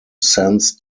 sense